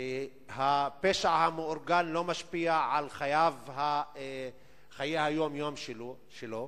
שהפשע המאורגן לא משפיע על חיי היום-יום שלו,